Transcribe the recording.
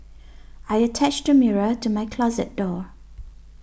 I attached a mirror to my closet door